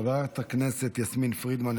חברת הכנסת יסמין פרידמן,